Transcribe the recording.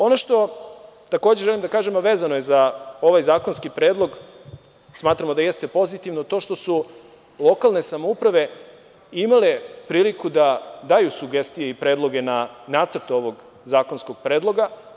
Ono što takođe želim da kažem, a vezano je za ovaj zakonski predlog, smatramo da jeste pozitivno to što su lokalne samouprave imale priliku da daju sugestije i predloge na nacrt ovog zakonskog predloga.